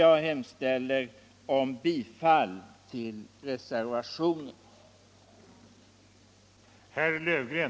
Jag hemställer om bifall till reservationen.